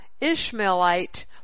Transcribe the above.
Ishmaelite